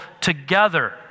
together